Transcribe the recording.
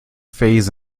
phase